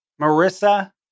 Marissa